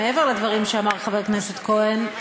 מעבר לדברים שאמר חבר הכנסת כהן.